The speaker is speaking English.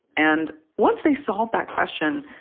and once they solved that question,